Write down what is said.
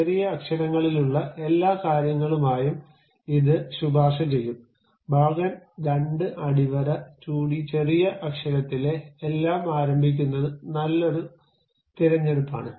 ചെറിയ അക്ഷരങ്ങളിലുള്ള എല്ലാ കാര്യങ്ങളുമായും ഇത് ശുപാർശചെയ്യും ഭാഗം 2 അടിവര 2d ചെറിയ അക്ഷരത്തിലെ എല്ലാം ആരംഭിക്കുന്നത് നല്ലൊരു തിരഞ്ഞെടുപ്പാണ്